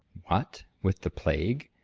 what, with the plague?